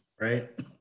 right